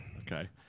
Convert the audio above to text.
okay